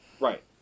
right